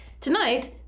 Tonight